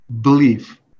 belief